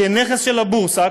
שהם נכס של הבורסה,